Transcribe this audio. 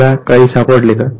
तुम्हाला काही सापडले का